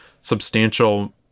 substantial